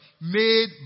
made